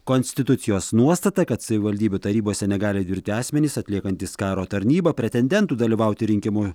konstitucijos nuostata kad savivaldybių tarybose negali dirbti asmenys atliekantys karo tarnybą pretendentų dalyvauti rinkimų